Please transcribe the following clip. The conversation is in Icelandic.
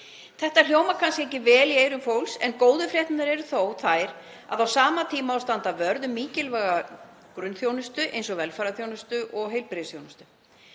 Þetta hljómar kannski ekki vel í eyrum fólks en góðu fréttirnar eru þó þær að á sama tíma á að standa vörð um mikilvæga grunnþjónustu eins og velferðarþjónustu og heilbrigðisþjónustu